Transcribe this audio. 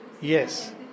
yes